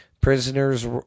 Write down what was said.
Prisoners